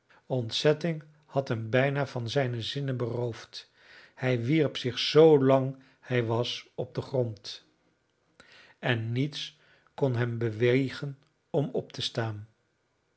ontzetting had hem bijna van zijne zinnen beroofd hij wierp zich zoo lang hij was op den grond en niets kon hem bewegen om op te staan